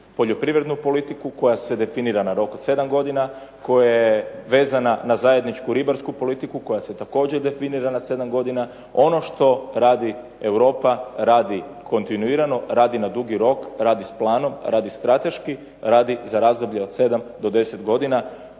poljoprivrednu politiku koja se definira na rok od 7 godina, koja je vezana na zajedničku ribarsku politiku koja se također definira na 7 godina. Ono što radi Europa radi kontinuirano, radi na dugi rok, radi s planom, radi strateški, radi za razdoblje od 7 do 10 godina.